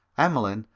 emmeline,